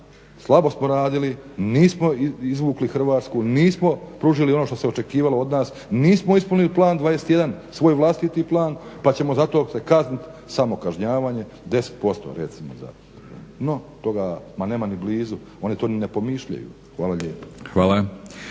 slabo smo radili, nismo izvukli Hrvatsku, nismo pružili ono što se očekivalo od nas, nismo ispunili Plan 21, svoj vlastiti plan pa ćemo zato se kazniti, samokašnjavanje 10% recimo za, no toga ma nema ni blizu, oni to ni ne pomišljaju. Hvala lijepa.